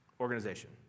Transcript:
organization